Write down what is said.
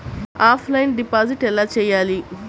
Offline deposit ఎలా చేయాలి?